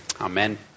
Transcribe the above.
Amen